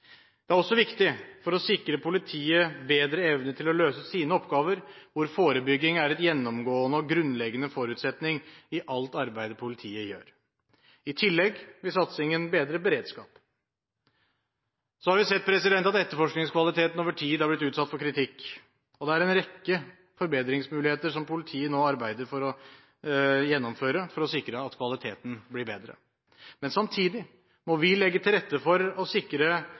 Det er også viktig for å sikre politiet bedre evne til å løse sine oppgaver, hvor forebygging er en gjennomgående og grunnleggende forutsetning i alt arbeidet politiet gjør. I tillegg vil satsingen bedre beredskapen. Så har vi sett at etterforskningskvaliteten over tid har blitt utsatt for kritikk. Det er en rekke forbedringsmuligheter som politiet nå arbeider for å gjennomføre for å sikre at kvaliteten blir bedre. Men samtidig må vi legge til rette for og sikre